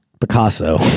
Picasso